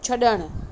छड॒णु